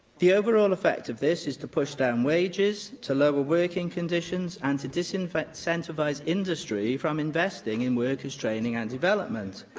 the overall effect of this is to push down wages, to lower working conditions, and to disincentivise industry from investing in workers' training and development.